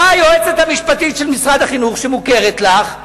באה היועצת המשפטית של משרד החינוך שמוכרת לך,